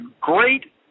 great